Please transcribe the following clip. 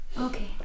Okay